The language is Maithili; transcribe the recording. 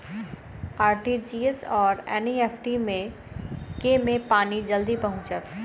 आर.टी.जी.एस आओर एन.ई.एफ.टी मे केँ मे पानि जल्दी पहुँचत